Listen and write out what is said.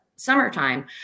summertime